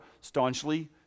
staunchly